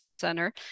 center